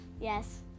Yes